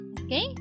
okay